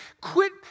quit